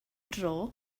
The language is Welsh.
dro